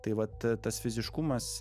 tai vat tas fiziškumas